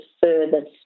further